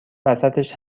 وسطش